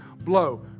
blow